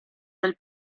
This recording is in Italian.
del